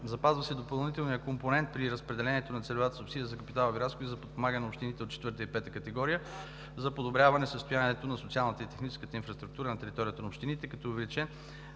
Запазва се допълнителният компонент при разпределението на целевата субсидия за капиталови разходи за подпомагане на общините от четвърта и пета категория за подобряване състоянието на социалната и техническата инфраструктура на територията на общините, като увеличението